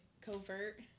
covert